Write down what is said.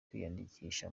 kwiyandikisha